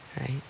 Right